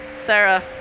Sarah